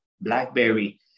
Blackberry